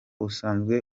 usanzwe